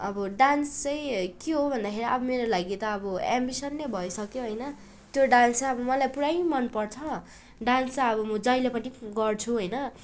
अब डान्स चाहिँ के हो भन्दाखेरि अब मेरो लागि त अब एम्बिसन नै भइसक्यो होइन त्यो डान्स चाहिँ अब मलाई पुरै मनपर्छ डान्स चाहिँ अब म जहिल्यै पनि गर्छु होइन